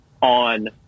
on